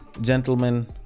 gentlemen